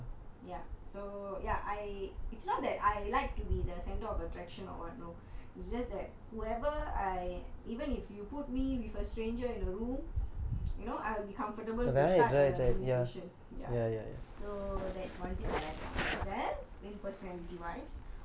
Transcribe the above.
so like yeah so ya it's not that I like to be the centre of attraction or [what] no it's just that whoever I even if you put me with a stranger in a room you know I'll be comfortable to start a initiation ya so that's one thing I like about myself in personality wise